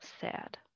Sad